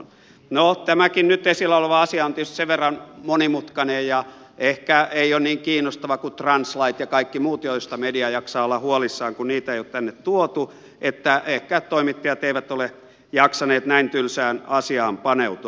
no tämäkin nyt esillä oleva asia on tietysti sen verran monimutkainen ja ehkä ei ole niin kiinnostava kuin translait ja kaikki muut joista media jaksaa olla huolissaan kun niitä ei ole tänne tuotu että ehkä toimittajat eivät ole jaksaneet näin tylsään asiaan paneutua